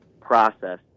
process